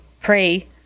pray